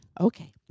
Okay